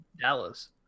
Dallas